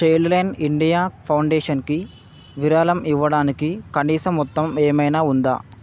child line India ఫౌండేషన్కి విరాళం ఇవ్వడానికి కనీస మొత్తం ఏమైనా ఉందా